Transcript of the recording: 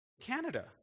Canada